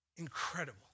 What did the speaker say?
incredible